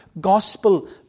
gospel